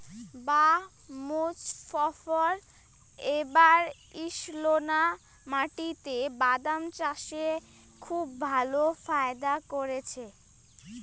বাঃ মোজফ্ফর এবার ঈষৎলোনা মাটিতে বাদাম চাষে খুব ভালো ফায়দা করেছে